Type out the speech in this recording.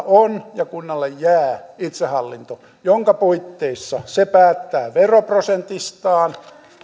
on ja kunnalle jää itsehallinto jonka puitteissa se päättää veroprosentistaan